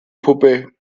puppe